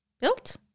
Built